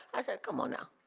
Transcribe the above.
i said, come on now.